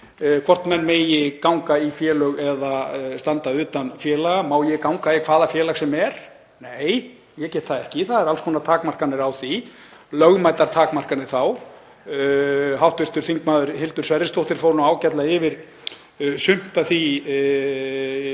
hvort menn megi ganga í félög eða standa utan félaga. Má ég ganga í hvaða félag sem er? Nei, ég get það ekki. Það eru alls konar takmarkanir á því, lögmætar takmarkanir. Hv. þm. Hildur Sverrisdóttir fór ágætlega yfir sumt af því